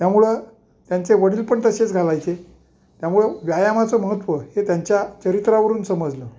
त्यामुळं त्यांचे वडील पण तसेच घालायचे त्यामुळं व्यायामाचं महत्त्व हे त्यांच्या चरित्रावरून समजलं